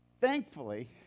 thankfully